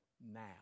now